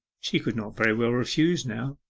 she could not very well refuse now.